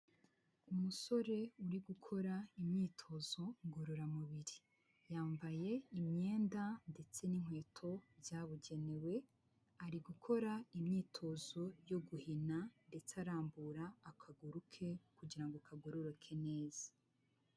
Umusore uri gukora imyitozo ngororamubiri yambaye imyenda ndetse n'inkweto byabugenewe, ari gukora imyitozo yo guhina ndetse arambura akaguru ke kugira ngo kagororoke neza.